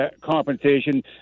compensation